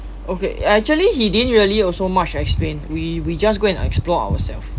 okay uh actually he didn't really also much explained we we just go and explore ourselves